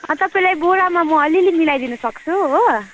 तपाईँलाई बोरामा म अलिअलि मिलाइदिनु सक्छु हो